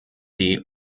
die